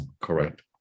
Correct